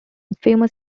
famous